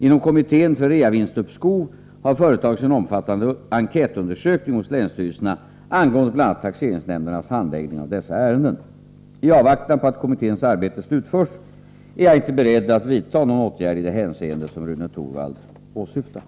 Inom kommittén för reavinstuppskov har företagits en omfattande enkätundersökning hos länsstyrelserna angående bl.a. taxeringsnämndernas handläggning av dessa ärenden. I avvaktan på att kommitténs arbete slutförs är jag inte beredd att vidta någon åtgärd i det hänseende som Rune Torwald åsyftar.